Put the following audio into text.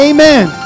Amen